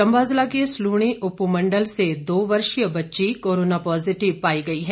चंबा जिला के सलूणी उपमंडल से दो वर्षीय बच्ची कोरोना पॉजिटिव पाई गई है